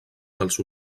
dels